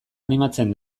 animatzen